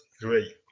three